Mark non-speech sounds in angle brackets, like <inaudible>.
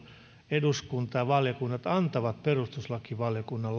eduskunta ja valiokunnat antavat perustuslakivaliokunnan <unintelligible>